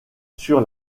sur